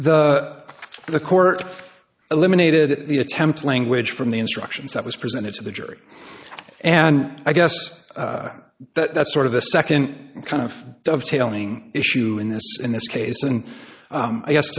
the the court eliminated the attempt language from the instructions that was presented to the jury and i guess that's sort of the nd kind of dovetailing issue in this in this case and i guess